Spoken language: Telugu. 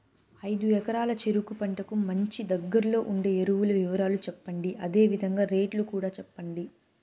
ఐదు ఎకరాల చెరుకు పంటకు మంచి, దగ్గర్లో ఉండే ఎరువుల వివరాలు చెప్పండి? అదే విధంగా రేట్లు కూడా చెప్పండి?